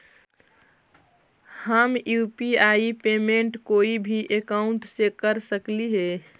हम UPI payment कोई भी अकाउंट से कर सकली हे?